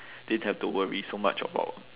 didn't have to worry so much about